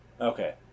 okay